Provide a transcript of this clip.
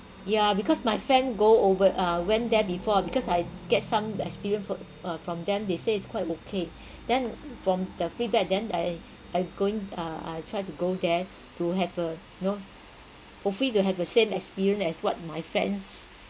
ya because my friend go over uh went there before because I get some experience for uh from them they say it's quite okay then from the feedback then I I going uh I try to go there to have a you know hopefully to have the same experience as what my friends